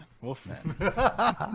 Wolfman